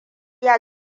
ya